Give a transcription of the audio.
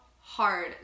hard